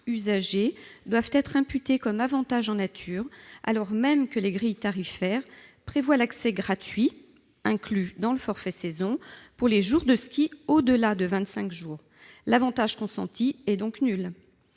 l'usager doivent être imputés comme avantage en nature, alors même que les grilles tarifaires prévoient l'accès gratuit, inclus dans le forfait saison, pour les jours de ski au-delà de vingt-cinq jours. L'avantage consenti est donc nul.